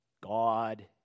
God